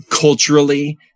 culturally